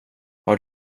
har